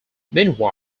meanwhile